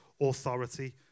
authority